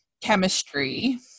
chemistry